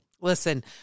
listen